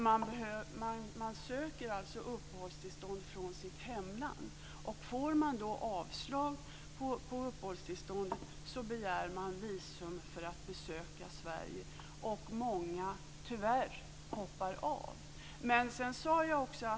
Man söker uppehållstillstånd från sitt hemland. Får man då avslag på uppehållstillståndet begär man visum för att besöka Sverige, och tyvärr hoppar många av.